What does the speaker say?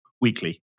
weekly